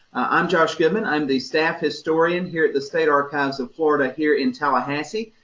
i'm josh goodman, i'm the staff historian here at the state archives of florida here in tallahassee.